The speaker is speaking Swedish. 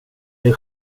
dig